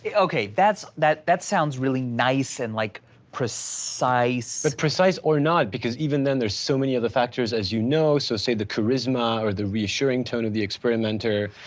yeah okay, that that sounds really nice and like precise. precise or not? because even then there's so many other factors, as you know, so say, the charisma, or the reassuring tone of the experimenter.